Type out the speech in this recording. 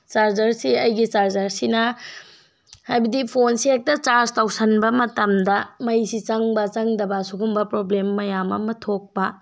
ꯆꯥꯔꯖꯔꯁꯤ ꯑꯩꯒꯤ ꯆꯥꯔꯖꯔꯁꯤꯅ ꯍꯥꯏꯕꯗꯤ ꯐꯣꯟꯁꯦ ꯍꯦꯛꯇ ꯆꯥꯔꯖ ꯇꯧꯁꯤꯟꯕ ꯃꯇꯝꯗ ꯃꯩꯁꯤ ꯆꯪꯕ ꯆꯪꯗꯕ ꯁꯤꯒꯨꯝꯕ ꯄ꯭ꯔꯣꯕ꯭ꯂꯦꯝ ꯃꯌꯥꯝ ꯑꯃ ꯊꯣꯛꯄ